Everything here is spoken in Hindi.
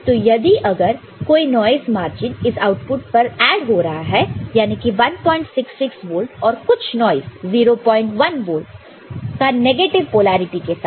तो यदि अगर कोई नॉइस इस आउटपुट पर ऐड हो रहा है याने की 166 वोल्ट और कुछ नॉइस 01 वोल्ट का नेगेटिव पोलैरिटी के साथ